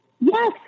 Yes